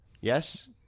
Yes